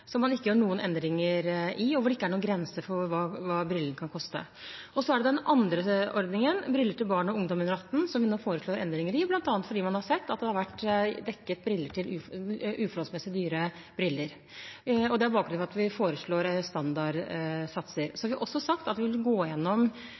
som man ikke gjør noen endringer i, og hvor det ikke er noen grenser for hva brillene kan koste. Så er det den andre ordningen, briller til barn og ungdom under 18 år, som vi nå foreslår endringer i, bl.a. fordi man har sett at det har vært dekket uforholdsmessig dyre briller. Det er bakgrunnen for at vi foreslår standardsatser. Så